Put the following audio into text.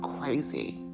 crazy